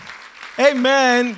Amen